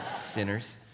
sinners